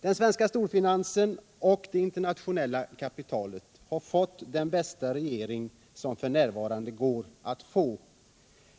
Den svenska storfinansen och det internationella kapitalet har fått den bästa regering som f. n. går att få.